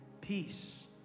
peace